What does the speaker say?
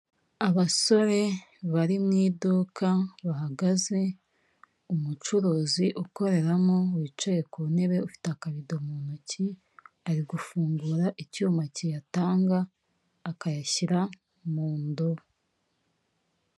Abasore bari mu iduka bahagaze, umucuruzi ukoreramo wicaye ku ntebe ufite akabido mu ntoki ari gufungura icyuma kiyatanga, akayashyira mu ndobo.